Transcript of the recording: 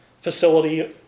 facility